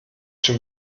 schon